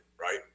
right